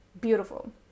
beautiful